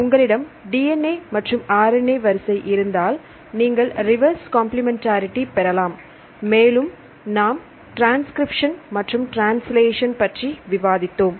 உங்களிடம் DNA மற்றும் RNA வரிசை இருந்தால் நீங்கள் ரிவர்ஸ் கம்பிளிமெண்டரிடி பெறலாம் மேலும் நாம் ட்ரான்ஸ்கிரிப்ஷன் மற்றும் ட்ரான்ஸ்லேஷன் பற்றி விவாதித்தோம்